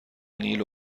نیل